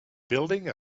building